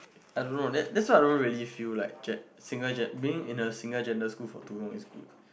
I don't know that that's why I don't really feel like like single gen~ being in a single gender school for too long is good